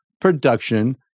production